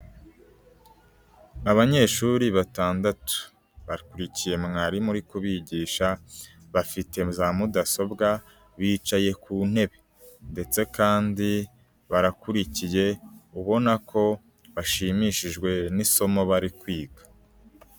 Abanyeshuri batandatu bakurikiye mwarimu uri kubigisha bafite za mudasobwa bicaye ku ntebe ndetse kandi barakurikiye ubona ko bashimishijwe n'isomo bari kwiga.